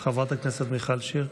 חברת הכנסת מיכל שיר.